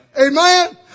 Amen